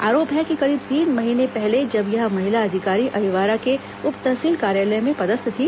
आरोप है कि करीब तीन महीने पहले जब यह महिला अधिकारी अहिवारा के उप तहसील कार्यालय में पदस्थ थी